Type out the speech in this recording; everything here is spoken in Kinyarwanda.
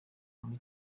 muri